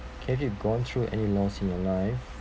have you gone through any loss in your life